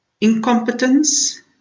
incompetence